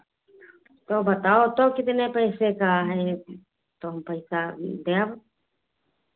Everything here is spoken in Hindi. तो बताओ तो कितने पैसे का है एक तो हम पैसा देब